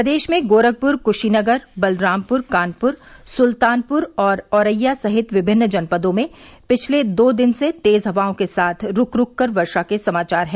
प्रदेश में गोरखपुर क्शीनगर बलरामपुर कानपुर सुल्तानपुर और औरैया सहित विभिन्न जनपदों में पिछले दो दिन से तेज हवाओं के साथ रूक रूक कर वर्षा के समाचार हैं